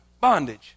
bondage